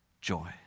joy